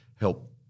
help